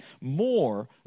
more